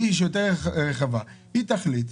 כדי שתחליט.